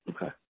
Okay